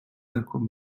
نکن